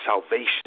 salvation